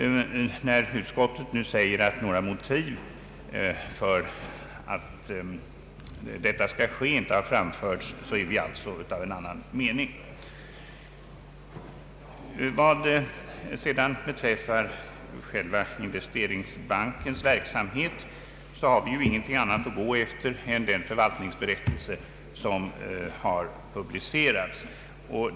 När utskottet nu säger att några motiv för att detta skall ske inte har framförts, är vi alltså av annan mening. Vad sedan beträffar Investeringsbankens verksamhet har vi ingenting annat att gå efter än den förvaltningsbe rättelse som har publicerats.